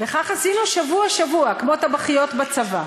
וכך עשינו שבוע-שבוע, כמו טבחיות בצבא.